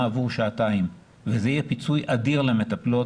עבור שעתיים וזה יהיה פיצוי אדיר למטפלות,